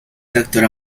tractor